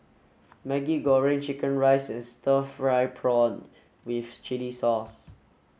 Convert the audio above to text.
Maggi Goreng Chicken Rice and stir fried prawn with chili sauce